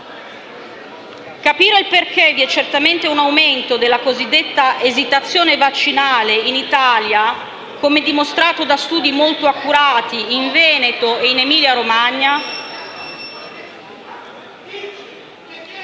Capire perché vi è certamente un aumento della cosiddetta esitazione vaccinale in Italia, come dimostrato da studi molto accurati in Veneto e in Emilia-Romagna...